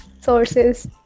sources